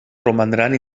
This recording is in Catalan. romandran